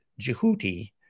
Jehuti